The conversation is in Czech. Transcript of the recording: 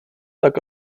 tak